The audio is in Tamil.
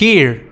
கீழ்